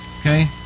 okay